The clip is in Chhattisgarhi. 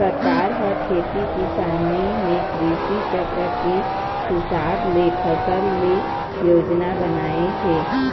सरकार ह खेती किसानी म कृषि चक्र के हिसाब ले फसल ले के योजना बनाए हे